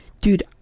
Dude